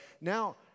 now